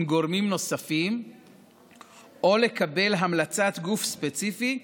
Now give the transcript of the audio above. גורמים נוספים או לקבל המלצה מגוף ספציפי,